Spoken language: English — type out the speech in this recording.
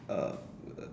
uh uh